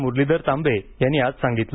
मुरलीधर तांबे यांनी आज सांगितलं